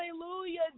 Hallelujah